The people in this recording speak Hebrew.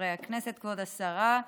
וחברי הכנסת, כבוד השרה,